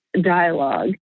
dialogue